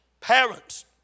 Parents